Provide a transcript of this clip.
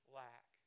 lack